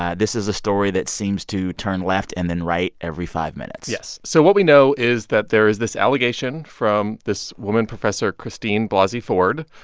ah this is a story that seems to turn left and then right every five minutes yes. so what we know is that there is this allegation from this woman, professor christine blasey ford.